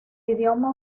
idioma